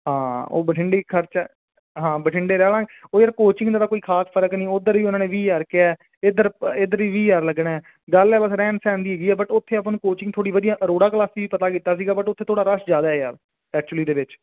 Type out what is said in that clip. ਹਾਂ ਉਹ ਬਠਿੰਡੇ ਹੀ ਖਰਚਾ ਹਾਂ ਬਠਿੰਡੇ ਰਹਾਂ ਉਹ ਯਾਰ ਕੋਚਿੰਗ ਦਾ ਤਾਂ ਕੋਈ ਖ਼ਾਸ ਫ਼ਰਕ ਨਹੀਂ ਉੱਧਰ ਵੀ ਉਹਨਾਂ ਨੇ ਵੀਹ ਹਜ਼ਾਰ ਕਿਹਾ ਇੱਧਰ ਪ ਇੱਧਰ ਵੀ ਵੀਹ ਹਜ਼ਾਰ ਲੱਗਣਾ ਹੈ ਗੱਲ ਹੈ ਬਸ ਰਹਿਣ ਸਹਿਣ ਦੀ ਹੈਗੀ ਬਟ ਉੱਥੇ ਆਪਾਂ ਨੂੰ ਕੋਚਿੰਗ ਥੋੜ੍ਹੀ ਵਧੀਆ ਅਰੋੜਾ ਕਲਾਸ ਵੀ ਪਤਾ ਕੀਤਾ ਸੀਗਾ ਬਟ ਉੱਥੇ ਥੋੜ੍ਹਾ ਰਸ਼ ਜ਼ਿਆਦਾ ਹੈ ਯਾਰ ਐਕਚੁਲੀ ਦੇ ਵਿੱਚ